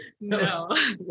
No